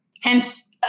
Hence